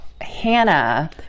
Hannah